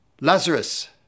Lazarus